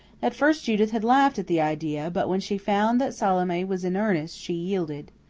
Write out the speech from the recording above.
at first judith had laughed at the idea but, when she found that salome was in earnest, she yielded.